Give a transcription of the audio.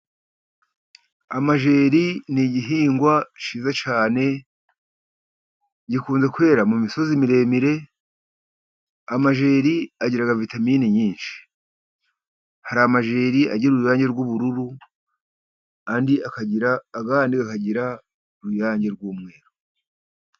Amajeri ni igihingwa cyiza cyane, gikunze kwera mu misozi miremire, amajeri agira vitamine nyinshi. Hari amajeri agira uruyange rw'ubururu, andi akagira, ayandi akagira uruyange rw'umweru.